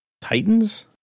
Titans